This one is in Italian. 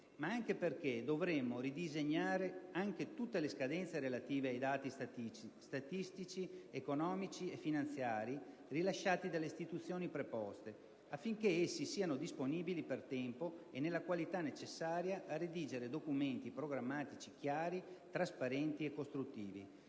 ma anche perché dovremo ridisegnare anche tutte le scadenze relative ai dati statistici economici e finanziari rilasciati dalle istituzioni preposte, affinché essi siano disponibili per tempo e nella qualità necessaria a redigere documenti programmatici chiari, trasparenti e costruttivi.